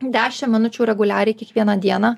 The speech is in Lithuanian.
dešim minučių reguliariai kiekvieną dieną